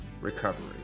recovery